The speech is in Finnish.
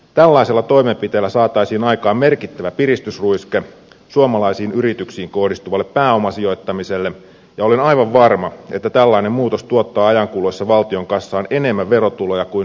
tällaisilla toimenpiteillä saataisiin aikaan merkittävä piristysruiske suomalaisiin yrityksiin kohdistuvalle pääomasijoittamiselle ja olen aivan varma että tällainen muutos tuottaa ajan kuluessa valtion kassaan enemmän verotuloja kuin nykyinen käytäntö